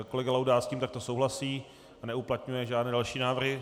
Kolega Laudát s tím takto souhlasí, neuplatňuje žádné další návrhy.